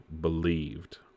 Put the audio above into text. believed